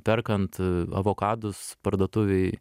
perkant avokadus parduotuvėj